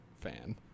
fan